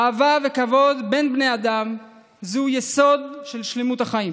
אהבה וכבוד בין בני אדם הם יסוד של שלמות החיים.